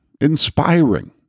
inspiring